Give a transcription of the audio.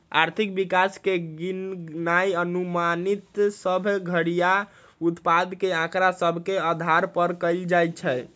आर्थिक विकास के गिननाइ अनुमानित सभ घरइया उत्पाद के आकड़ा सभ के अधार पर कएल जाइ छइ